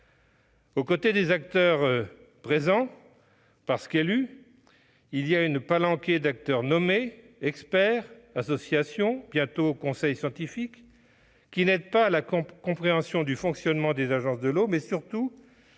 Aux côtés des acteurs présents parce qu'ils ont été élus, on trouve une palanquée d'acteurs nommés- experts, associations, bientôt conseil scientifique -, qui n'aident pas à la compréhension du fonctionnement des agences de l'eau mais qui,